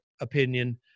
opinion